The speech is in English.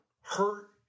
hurt